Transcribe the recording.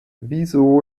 wieso